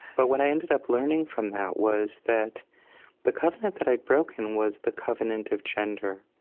but what i ended up learning from that was that the covenant that i'd broken was the covenant of gender,